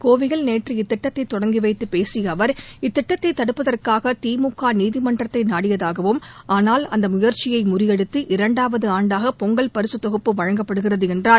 கோவையில் நேற்று இத்திட்டத்தை தொடங்கி வைத்துப் பேசிய அவர் இத்திட்டத்தை தடுப்பதற்காக திமுக நீதிமன்றத்தை நாடியதாகவும் ஆனால் அந்த முயற்சியை முறியடித்து இரண்டாவது ஆண்டாக பொங்கல் பரிசுத் தொகுப்பு வழங்கப்படுகிறது என்றார்